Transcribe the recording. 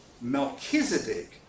Melchizedek